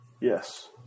Yes